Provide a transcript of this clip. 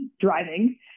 driving